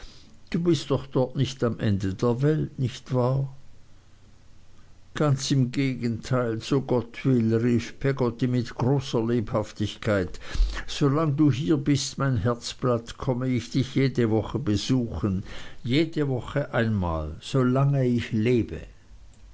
du bist doch dort nicht am ende der welt nicht wahr ganz im gegenteil so gott will rief peggotty mit großer lebhaftigkeit so lang du hier bist mein herzblatt komme ich dich jede woche besuchen jede woche einmal solange ich lebe